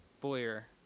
Boyer